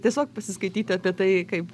tiesiog pasiskaityti apie tai kaip